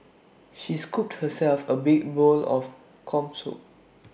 she scooped herself A big bowl of Corn Soup